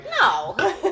No